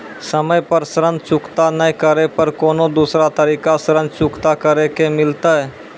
समय पर ऋण चुकता नै करे पर कोनो दूसरा तरीका ऋण चुकता करे के मिलतै?